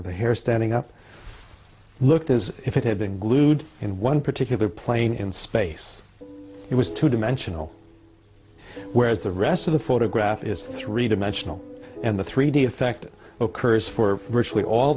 with the hair standing up looked as if it had been glued in one particular plane in space it was two dimensional whereas the rest of the photograph is three dimensional and the three d effect occurs for virtually all